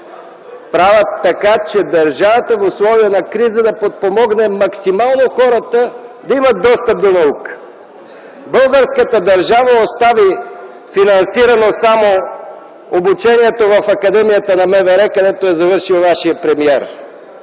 Правят така, че държавата в условия на криза да подпомогне максимално хората да имат достъп до наука. Българската държава остави финансирано само обучението в Академията на МВР, където е завършил вашият премиер.